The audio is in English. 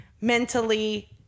mentally